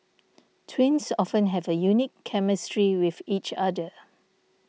twins often have a unique chemistry with each other